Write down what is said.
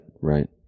Right